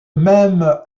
même